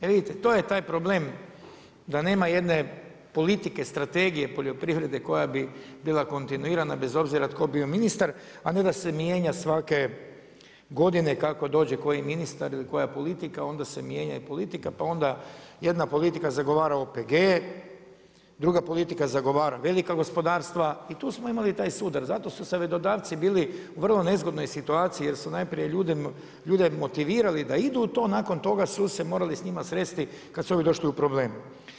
E vidite, to je taj problem da nema jedne politike, strategije poljoprivrede koja bi bila kontinuiran bez obzira tko bio ministara a ne da se mijenja svake godine kako dođe koji ministar ili koja politika pa onda jedna politika zagovara OPG, druga politika zagovara velika gospodarstva i tu smo imali taj sudar, zato su savjetodavci bili u vrlo nezgodnoj situaciji jer su najprije ljude motivirali da idu u to, nakon toga su se morali s njima sresti kad su ovi došli u probleme.